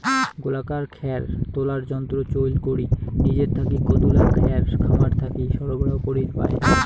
গোলাকার খ্যার তোলার যন্ত্র চইল করি নিজের থাকি কতুলা খ্যার খামার থাকি সরবরাহ করির পায়?